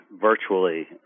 virtually